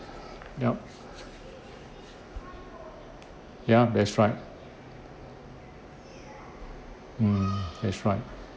yup ya that's right mm that's right